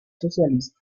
socialista